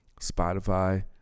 Spotify